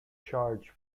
charge